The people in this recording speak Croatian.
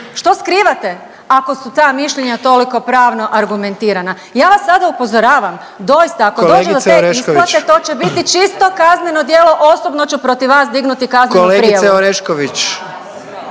Što skrivate ako su ta mišljenja toliko pravno argumentirana? Ja vas sada upozoravam. Doista ako dođe do te …… /Upadica predsjednik: Kolegice Orešković./ …… isplate to će biti čisto kazneno djelo. Osobno ću protiv vas dignuti kaznenu prijavu.